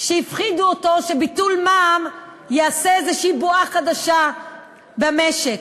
שהפחידו אותו שביטול מע"מ יעשה איזושהי בועה חדשה במשק.